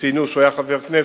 שציינו שהוא היה חבר הכנסת.